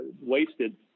wasted